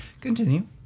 Continue